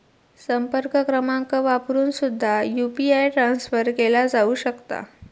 संपर्क क्रमांक वापरून सुद्धा यू.पी.आय ट्रान्सफर केला जाऊ शकता